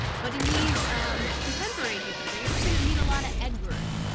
but in these um contemporary histories, we're gonna meet a lot of edwards,